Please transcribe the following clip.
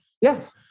Yes